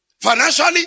Financially